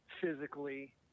physically